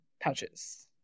pouches